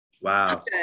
Wow